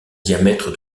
diamètre